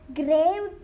grave